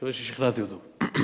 מקווה ששכנעתי אותו.